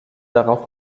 darauf